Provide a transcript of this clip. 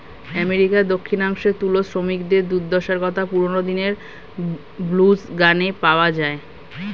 আমেরিকার দক্ষিণাংশে তুলো শ্রমিকদের দুর্দশার কথা পুরোনো দিনের ব্লুজ গানে পাওয়া যায়